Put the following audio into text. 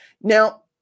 Now